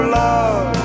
love